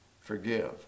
forgive